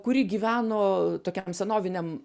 kuri gyveno tokiam senoviniam